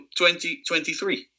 2023